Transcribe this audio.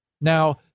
Now